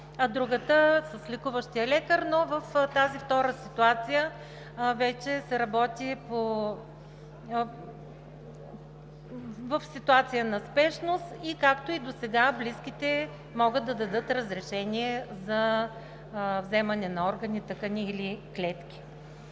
е досега, в тридневен срок, но в тази втората вече се работи в ситуация на спешност и, както и досега, близките могат да дадат разрешение за вземане на органи, тъкани или клетки.